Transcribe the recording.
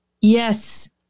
Yes